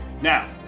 now